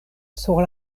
sur